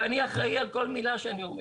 ואני אחראי על כל מילה שאני אומר.